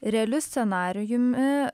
realiu scenarijumi